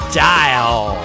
dial